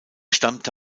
stammte